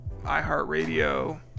iHeartRadio